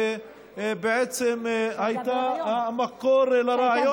שבעצם הייתה המקור לרעיון הזה.